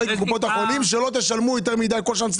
לקופות החולים שלא תשלמו יותר מדי כל שנה,